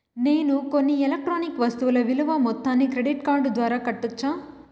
నేను కొన్న ఎలక్ట్రానిక్ వస్తువుల విలువ మొత్తాన్ని క్రెడిట్ కార్డు ద్వారా కట్టొచ్చా?